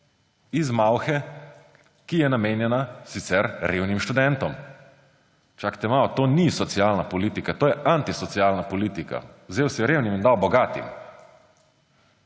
iz malhe, ki je namenjena sicer revnim študentom. Počakajte malo, to ni socialna politika, to je antisocialna politika. Vzel si revnim in dal bogatim.